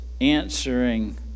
answering